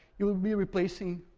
you will be replacing,